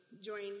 join